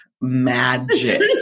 Magic